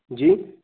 जी